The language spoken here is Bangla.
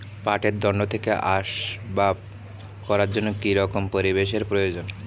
পাটের দণ্ড থেকে আসবাব করার জন্য কি রকম পরিবেশ এর প্রয়োজন?